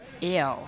Ew